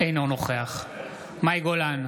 אינו נוכח מאי גולן,